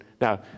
Now